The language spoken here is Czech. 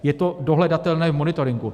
Je to dohledatelné v monitoringu.